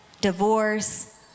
Divorce